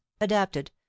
adapted